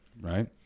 Right